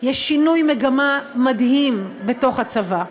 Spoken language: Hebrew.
יש שינוי מגמה מדהים בתוך הצבא.